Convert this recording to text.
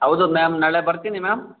ಹೌದು ಮ್ಯಾಮ್ ನಾಳೆ ಬರ್ತೀನಿ ಮ್ಯಾಮ್